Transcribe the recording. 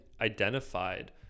identified